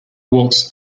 walks